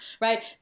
right